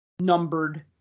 numbered